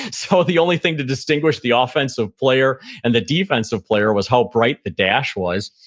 so the only thing to distinguish the ah offensive player and the defensive player was how bright the dash was.